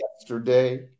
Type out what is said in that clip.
yesterday